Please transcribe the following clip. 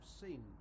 seen